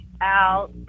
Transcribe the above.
out